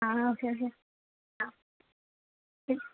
ആ okay okay ആ